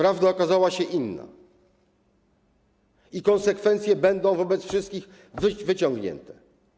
Prawda okazała się inna i konsekwencje będą wobec wszystkich wyciągnięte.